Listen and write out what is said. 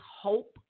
hope